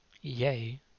yea